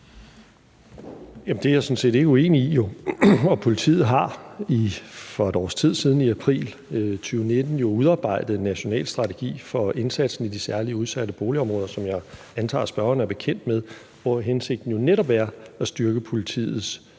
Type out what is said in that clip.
det er jeg jo sådan set ikke uenig i. Politiet har for et års tids siden i april 2019 jo udarbejdet en national strategi for indsatsen i de særligt udsatte boligområder, som jeg antager at spørgeren er bekendt med, hvor hensigten jo netop er at styrke politiets